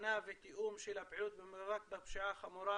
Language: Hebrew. להכוונה ותיאום של הפעילות בפשיעה החמורה